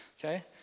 Okay